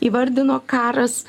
įvardino karas